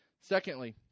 Secondly